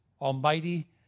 almighty